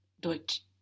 Deutsch